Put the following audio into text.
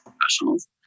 professionals